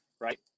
Right